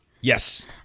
Yes